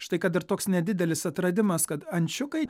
štai kad ir toks nedidelis atradimas kad ančiukai